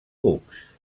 cucs